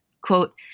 Quote